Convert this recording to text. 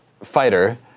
fighter